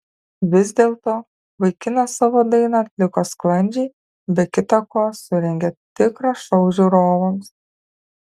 vis dėlto vaikinas savo dainą atliko sklandžiai be kita ko surengė tikrą šou žiūrovams